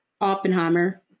Oppenheimer